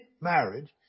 marriage